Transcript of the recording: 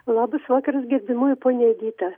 labas vakaras gerbiamoji ponia edita